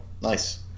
nice